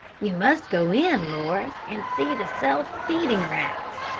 you must go in, laura, and see the self-feeding racks.